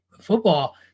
football